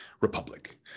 republic